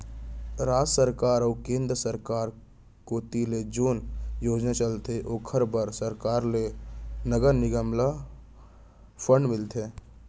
राज सरकार अऊ केंद्र सरकार कोती ले जेन योजना चलथे ओखर बर सरकार ले नगर निगम ल फंड मिलथे